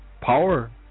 Power